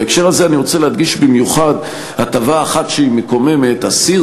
בהקשר הזה אני רוצה להדגיש במיוחד הטבה אחת שהיא מקוממת: אסיר